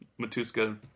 Matuska